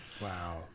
Wow